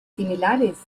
similares